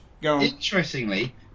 Interestingly